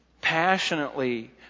passionately